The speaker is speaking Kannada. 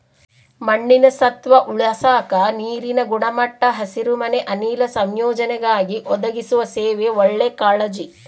ಮಣ್ಣಿನ ಸತ್ವ ಉಳಸಾಕ ನೀರಿನ ಗುಣಮಟ್ಟ ಹಸಿರುಮನೆ ಅನಿಲ ಸಂಯೋಜನೆಗಾಗಿ ಒದಗಿಸುವ ಸೇವೆ ಒಳ್ಳೆ ಕಾಳಜಿ